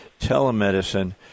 telemedicine